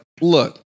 look